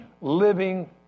living